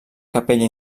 capella